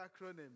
acronym